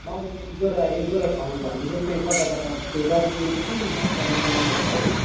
मलाई के अरे एकदुईवटा एकदुईवटा ठाउँ भन्दिनुहोस् न कताकता त्यो दार्जिलिङमा चाहिँ कुन कुन ठाउँ चाहिँ अलिकिति राम्रो छ हौ